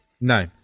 no